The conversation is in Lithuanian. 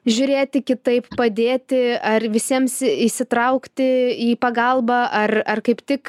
žiūrėti kitaip padėti ar visiems įsitraukti į pagalbą ar ar kaip tik